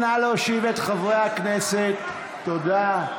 סדרנים, נא להושיב את חברי הכנסת, תודה.